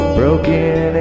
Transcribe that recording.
broken